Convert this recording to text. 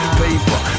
paper